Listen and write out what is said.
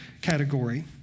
category